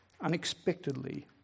unexpectedly